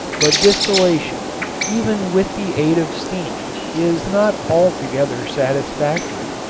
but distillation even with the aid of steam, is not altogether satisfactory.